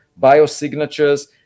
biosignatures